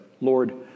Lord